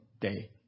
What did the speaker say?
day